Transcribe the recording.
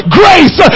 grace